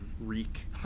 reek